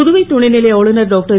புதுவை துணை லை ஆளுநர் டாக்டர்